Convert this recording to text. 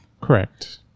Correct